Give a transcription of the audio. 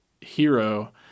hero